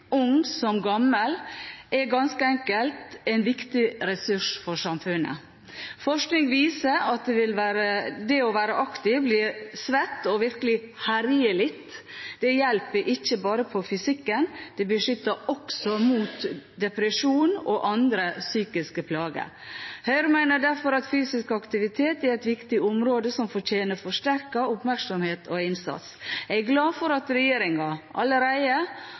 ung som gammel – er ganske enkelt en viktig ressurs for samfunnet. Forskning viser at det å være aktiv, bli svett og virkelig «herje» litt hjelper, ikke bare på fysikken, men det beskytter også mot depresjon og andre psykiske plager. Høyre mener derfor at fysisk aktivitet er et viktig område som fortjener forsterket oppmerksomhet og innsats. Jeg er glad for at regjeringen allerede